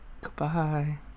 Goodbye